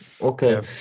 Okay